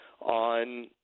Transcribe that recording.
on